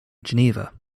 geneva